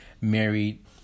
married